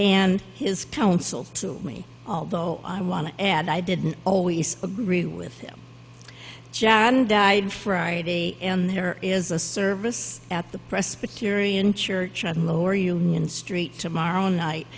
and his counsel to me although i want to add i didn't always agree with john died friday and there is a service at the presbyterian church on lower union street tomorrow night